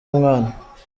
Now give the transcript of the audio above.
umwana